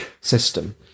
system